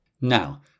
Now